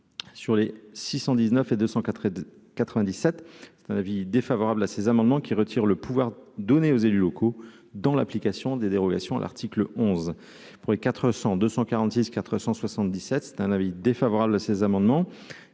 sur les 619 et 297 un avis défavorable à ces amendements qui retirent le pouvoir donner aux élus locaux dans l'application des dérogations à l'article 11 pour les 400 246 477 c'est un avis défavorable à ces amendements